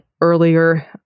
earlier